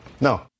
No